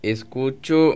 Escucho